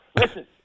Listen